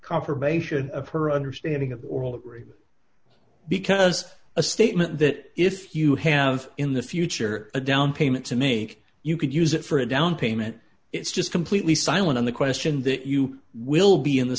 confirmation of her understanding of the oral agreement because a statement that if you have in the future a down payment to make you could use it for a down payment it's just completely silent on the question that you will be in the